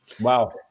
Wow